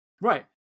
Right